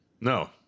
no